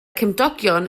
cymdogion